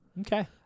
Okay